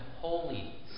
Holy